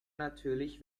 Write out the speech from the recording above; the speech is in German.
natürlich